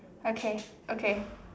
okay okay